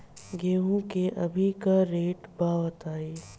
गेहूं के अभी का रेट बा बताई?